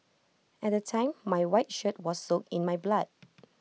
at the time my white shirt was soaked in my blood